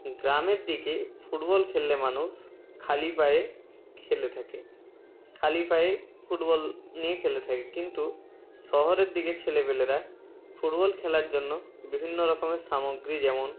গ্রামের দিকে ফুটবল খেললে মানুষ খালি পায়ে খেলে থাকে খালি পায়ে ফুটবল নিয়ে খেলে থাকে কিন্তু শহরের দিকে ছেলেপিলেরা ফুটবল খেলার জন্য বিভিন্ন রকমের সামগ্রী যেমন